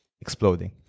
exploding